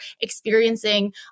experiencing